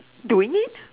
doing it